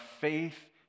faith